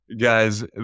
guys